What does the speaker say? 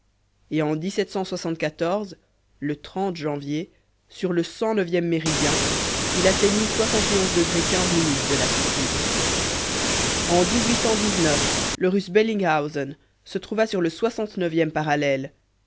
et en le janvier sur le cent neuvième méridien il atteignit de latitude en le russe bellinghausen se trouva sur le soixante neuvième parallèle